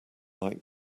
like